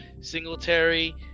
Singletary